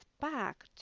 back